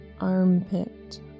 armpit